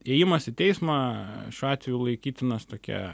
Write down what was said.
ėjimas į teismą šiuo atveju laikytinas tokia